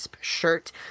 shirt